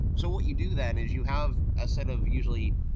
so what you do then is you have a set of usually,